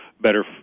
better